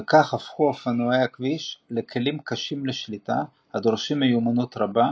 וכך הפכו אופנועי הכביש לכלים קשים לשליטה הדורשים מיומנות רבה,